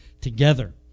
together